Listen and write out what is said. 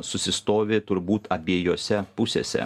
susistovi turbūt abiejose pusėse